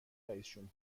رییسجمهور